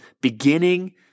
beginning